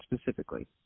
specifically